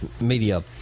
media